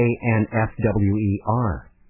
A-N-F-W-E-R